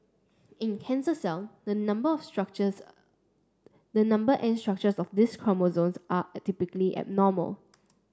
in cancer cell the number structures the number and structures of these chromosomes are typically abnormal